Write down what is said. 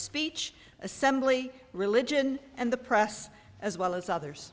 speech assembly religion and the press as well as others